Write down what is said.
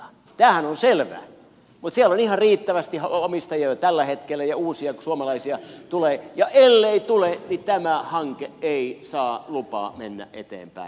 tämähän on selvä mutta siellä on ihan riittävästi omistajia jo tällä hetkellä ja uusia suomalaisia tulee ja ellei tule niin tämä hanke ei saa lupaa mennä eteenpäin